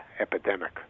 epidemic